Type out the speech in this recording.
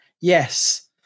Yes